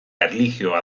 erlijioa